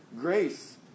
grace